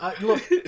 Look